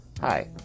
Hi